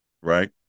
right